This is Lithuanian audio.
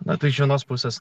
na tai iš vienos pusės